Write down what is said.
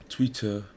Twitter